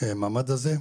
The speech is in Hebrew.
למעמד הזה,